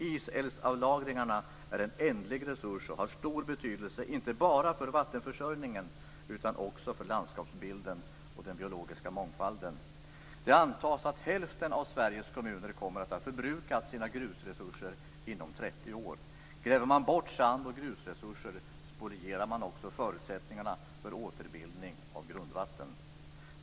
Isälvsavlagringarna är en ändlig resurs och har stor betydelse, inte bara för vattenförsörjningen, utan också för landskapsbilden och den biologiska mångfalden. Det antas att hälften av Sveriges kommuner kommer att ha förbrukat sina grusresurser inom 30 år. Gräver man bort sand och grusresurser spolierar man också förutsättningarna för återbildning av grundvatten.